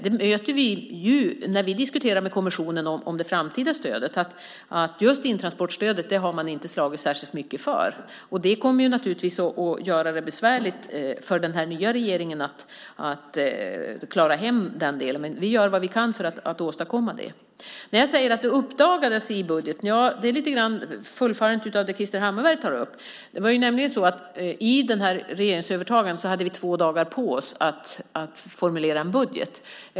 När vi diskuterar det framtida stödet med kommissionen får vi höra att just intransportstödet slogs man inte särskilt mycket för. Det kommer naturligtvis att göra det besvärligt för denna regering att klara hem den delen, men vi gör vad vi kan för att åstadkomma det. När jag säger att det uppdagades i budgeten är det lite grann ett fullföljande av det som Krister Hammarbergh tar upp. I samband med regeringsövertagandet hade vi nämligen två dagar på oss att formulera en budget.